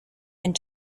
and